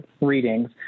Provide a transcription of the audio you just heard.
readings